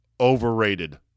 Overrated